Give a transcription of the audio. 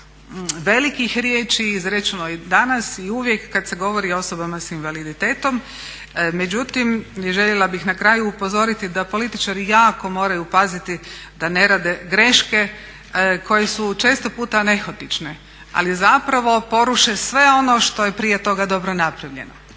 velikih riječi izrečeno i danas i uvijek kad se govori o osobama sa invaliditetom. Međutim, željela bih na kraju upozoriti da političari jako moraju paziti da ne rade greške koje su često puta nehotične, ali zapravo poruše sve ono što je prije toga dobro napravljeno.